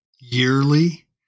yearly